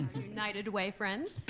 united way friends.